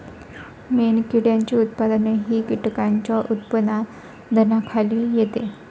मेणकिड्यांचे उत्पादनही कीटकांच्या उत्पादनाखाली येते